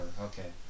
Okay